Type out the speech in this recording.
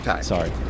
Sorry